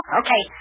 okay